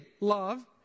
love